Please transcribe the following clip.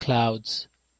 clouds